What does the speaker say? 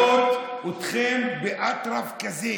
שאראה אתכם באטרף כזה.